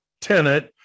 tenant